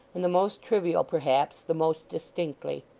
and the most trivial, perhaps, the most distinctly.